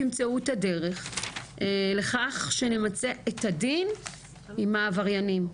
תמצאו את הדרך לכך שנמצה את הדין עם העבריינים.